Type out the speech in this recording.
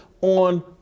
on